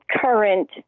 current